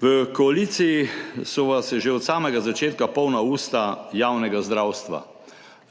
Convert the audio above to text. V koaliciji so vas že od samega začetka polna usta javnega zdravstva.